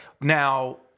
Now